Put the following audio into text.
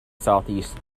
southeast